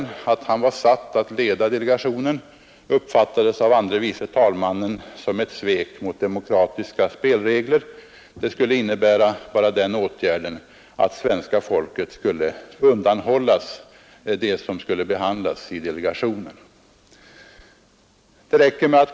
Att han är satt att leda delegationen uppfattades av fru andre vice talmannen som ett svek mot demokratiska spelregler — enbart den omständigheten skulle enligt fru Nettelbrandt innebära att svenska folket kommer att undanhållas det som skall behandlas i delegationen.